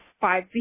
five